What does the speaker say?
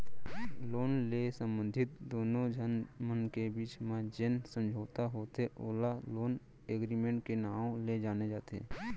loan ले संबंधित दुनो झन मन के बीच म जेन समझौता होथे ओला लोन एगरिमेंट के नांव ले जाने जाथे